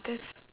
there's